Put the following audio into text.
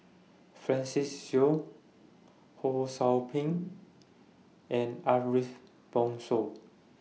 Francis Seow Ho SOU Ping and Ariff Bongso